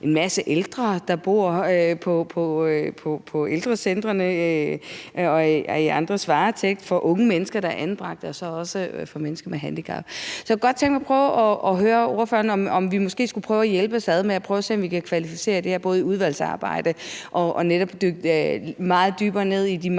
en masse ældre, der bor på ældrecentrene og er i andres varetægt, og for unge mennesker, der er anbragt, og så også for mennesker med handicap. Så jeg kunne godt tænke at høre ordføreren, om vi måske skulle prøve at hjælpes ad med at se, om vi kunne kvalificere til det her i udvalgsarbejdet og ved at dykke meget